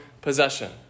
possession